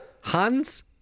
hans